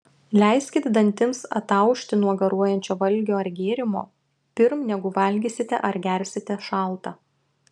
leiskit dantims ataušti nuo garuojančio valgio ar gėrimo pirm negu valgysite ar gersite šaltą